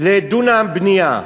לדונם בנייה?